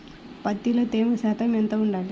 పత్తిలో తేమ శాతం ఎంత ఉండాలి?